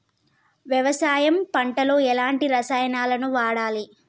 వ్యవసాయం పంట లో ఎలాంటి రసాయనాలను వాడాలి?